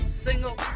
single